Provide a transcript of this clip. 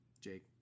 Jake